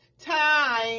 time